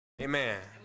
Amen